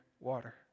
water